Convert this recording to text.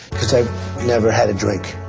cause i've never had a drink